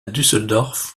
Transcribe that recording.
düsseldorf